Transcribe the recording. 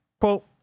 Quote